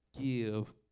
give